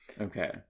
Okay